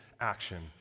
action